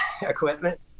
equipment